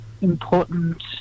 important